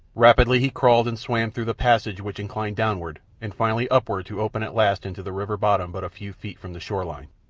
rapidly he crawled and swam through the passage which inclined downward and finally upward to open at last into the river bottom but a few feet from the shore line.